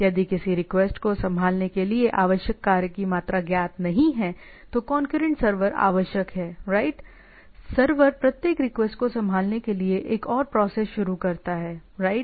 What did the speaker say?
यदि किसी रिक्वेस्ट को संभालने के लिए आवश्यक कार्य की मात्रा ज्ञात नहीं है तो कौनक्यूरेंट सर्वर आवश्यक है राइट सर्वर प्रत्येक रिक्वेस्ट को संभालने के लिए एक और प्रोसेस शुरू करता हैराइट